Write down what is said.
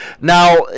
now